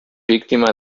víctima